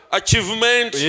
achievement